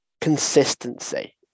consistency